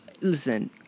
listen